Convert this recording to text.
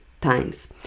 times